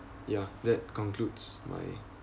yeah that concludes my